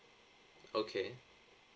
okay